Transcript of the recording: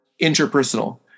interpersonal